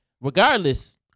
regardless